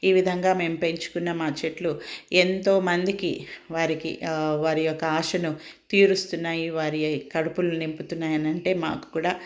ఈ విధంగా మేము పెంచుకున్న మా చెట్లు ఎంతోమందికి వారికి వారి యొక్క ఆశను తీరుస్తున్నాయి వారి కడుపులు నింపుతున్నాయి అనంటే అనంటే మాకు కూడా